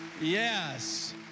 Yes